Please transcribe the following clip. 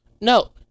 No